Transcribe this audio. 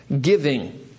giving